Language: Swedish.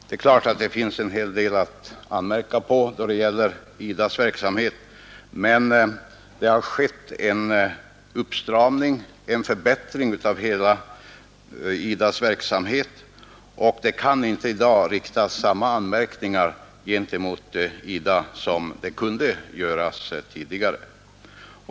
Det finns givetvis en hel del att anmärka på när det gäller IDA :s verksamhet. Men det har skett en uppstramning och förbättring av denna, och det kan i dag inte riktas samma anmärkningar mot IDA som tidigare.